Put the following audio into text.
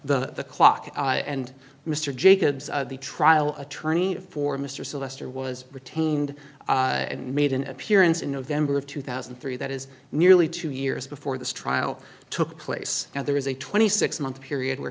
restart the clock and mr jacobs the trial attorney for mr sylvester was retained and made an appearance in november of two thousand and three that is nearly two years before this trial took place now there is a twenty six month period where